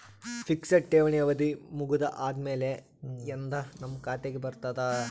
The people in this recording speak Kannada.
ಫಿಕ್ಸೆಡ್ ಠೇವಣಿ ಅವಧಿ ಮುಗದ ಆದಮೇಲೆ ಎಂದ ನಮ್ಮ ಖಾತೆಗೆ ಬರತದ?